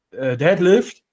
deadlift